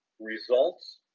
Results